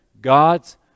God's